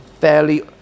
fairly